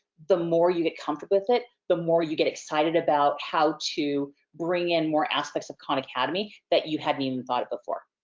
the more you get comfortable with it, the more you get excited about how to bring in more aspects of khan academy, that you hadn't even thought before.